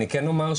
אני כן אומר,